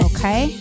Okay